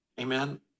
Amen